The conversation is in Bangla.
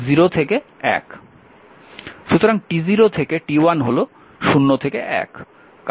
সুতরাং t0 থেকে t1 হল 0 থেকে 1